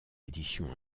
éditions